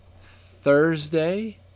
Thursday